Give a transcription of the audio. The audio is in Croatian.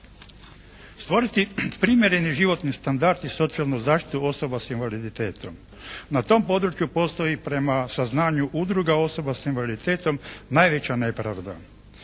Stvoriti primjereni životni standard i socijalnu zaštitu osoba s invaliditetom. Na tom području postoji prema saznanju udruga osoba s invaliditetom najveća nepravda.